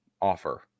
offer